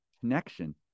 connection